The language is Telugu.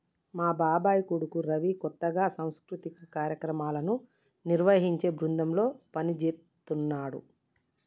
మా బాబాయ్ కొడుకు రవి కొత్తగా సాంస్కృతిక కార్యక్రమాలను నిర్వహించే బృందంలో పనిజేత్తన్నాడు